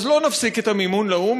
אז לא נפסיק את המימון לאו"ם,